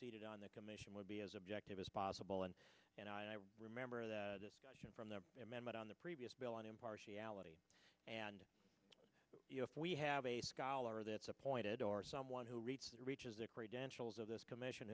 seated on the commission would be as objective as possible and then i remember that discussion from the amendment on the previous bill on impartiality and if we have a scholar that's appointed or someone who reads it reaches the credentials of this commission